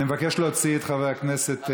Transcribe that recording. אני מבקש להוציא את חבר הכנסת,